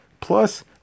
Plus